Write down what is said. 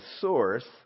source